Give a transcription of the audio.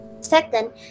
Second